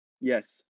Yes